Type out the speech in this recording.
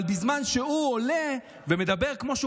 אבל בזמן שהוא עולה ומדבר כמו שהוא